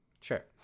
sure